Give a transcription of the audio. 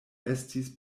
estis